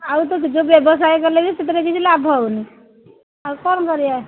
ଆଉ ତ ଯୋଉ ବ୍ୟବସାୟ କଲେ ବି ସେଥିରେ କିଛି ଲାଭ ହେଉନି ଆଉ କ'ଣ କରିବା